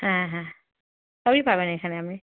হ্যাঁ হ্যাঁ সবই পাবেন এখানে আপনি